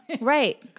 Right